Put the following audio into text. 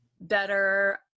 better